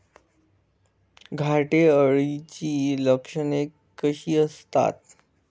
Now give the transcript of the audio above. घाटे अळीची लक्षणे कशी असतात?